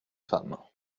femmes